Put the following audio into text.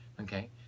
Okay